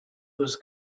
was